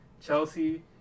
Chelsea